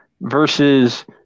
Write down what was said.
versus